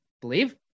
believe